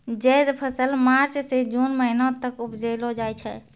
जैद फसल मार्च सें जून महीना तक उपजैलो जाय छै